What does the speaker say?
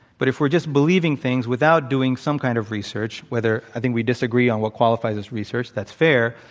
but if we're just believing things without doing some kind of research, whether i think we disagree on what qualifies as research. that's fair.